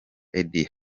eddie